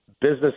business